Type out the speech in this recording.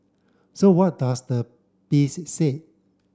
so what does the piece say